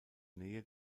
nähe